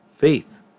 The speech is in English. Faith